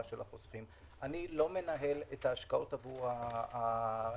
אני לא מנהל את ההשקעות עבור המוסדיים.